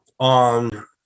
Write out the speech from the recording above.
on